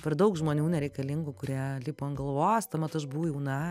per daug žmonių nereikalingų kurie lipa ant galvos tuomet aš buvau jauna